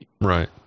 Right